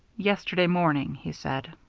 yesterday morning, he said.